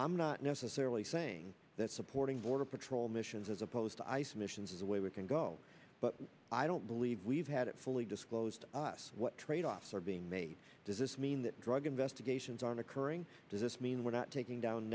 i'm not necessarily saying that supporting border patrol missions as opposed to ice missions is the way we can go but i don't believe we've had it fully disclosed to us what tradeoffs are being made does this mean that drug investigations aren't occurring does this mean we're not taking down